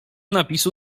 napisu